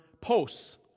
posts